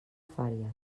fàries